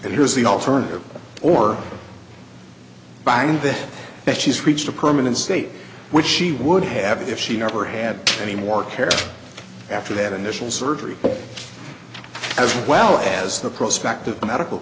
and here's the alternative or bind them and she's reached a permanent state which she would have if she ever had any more care after that initial surgery as well as the prospect of medical